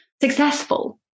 successful